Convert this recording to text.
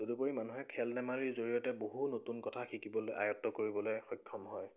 তদুপৰি মানুহে খেল ধেমালিৰ জৰিয়তে বহু নতুন কথা শিকিবলৈ আয়ত্ব কৰিবলৈ সক্ষম হয়